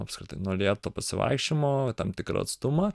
apskritai nuo lėto pasivaikščiojimo tam tikrą atstumą